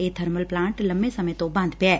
ਇਹ thermal plant ਲੰਬੇ ਸਮੇ ਂ ਤੋਂ ਬੰਦ ਪਿਐ